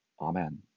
Amen